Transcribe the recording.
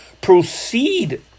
proceed